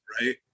right